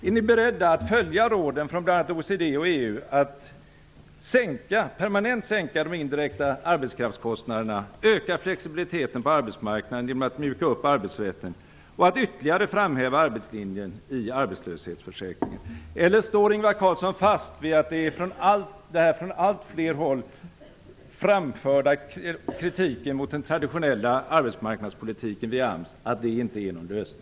Är ni beredda att följa råden från bl.a. OECD och EU att permanent sänka de indirekta arbetskraftskostnaderna, öka flexibiliteten på arbetsmarknaden genom att mjuka upp arbetsrätten och att ytterligare framhäva arbetslinjen i arbetslöshetsförsäkringen? Eller står Ingvar Carlsson fast vid att den från allt fler håll framförda kritiken mot den traditionella arbetsmarknadspolitiken via AMS inte innebär någon lösning?